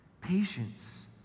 patience